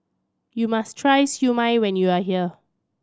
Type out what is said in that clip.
you must try Siew Mai when you are here